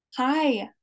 Hi